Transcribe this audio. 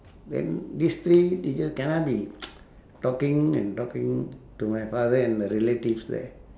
then this three teachers cannot be talking and talking to my father and the relatives there